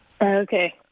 Okay